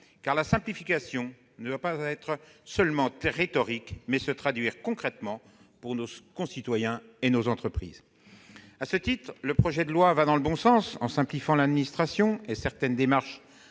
la simplification ne doit pas seulement être rhétorique ; elle doit se traduire concrètement pour nos concitoyens et nos entreprises. À ce titre, le projet de loi va dans le bon sens en simplifiant l'administration et certaines démarches